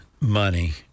money